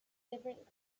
different